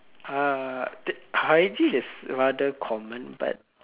uh hygiene is rather common but